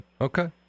okay